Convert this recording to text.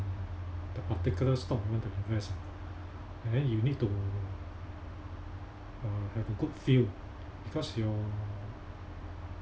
uh the particular stock you want to invest ah and then you need to uh have a good feel because your